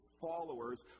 followers